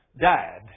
died